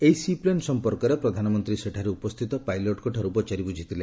ଏହି sea plane ସମ୍ପର୍କରେ ପ୍ରଧାନମନ୍ତ୍ରୀ ସେଠାରେ ଉପସ୍ଥିତ ପାଇଲଟଙ୍କ ଠାରୁ ପଚାରି ବୁଝିଥିଲେ